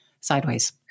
sideways